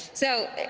so